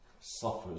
suffers